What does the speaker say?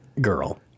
Girl